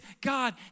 God